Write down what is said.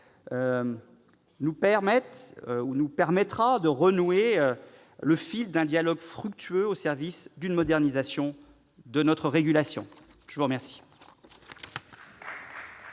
nous permettra de renouer le fil d'un dialogue fructueux au service d'une modernisation de notre régulation. La parole